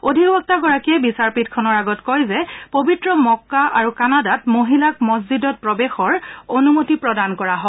অধিবক্তাগৰাকীয়ে বিচাৰপীঠখনৰ আগত কয় যে পবিত্ৰ মক্কা আৰু কানাডাত মহিলাক মছজিদত প্ৰৱেশৰ অনুমতি প্ৰদান কৰা হয়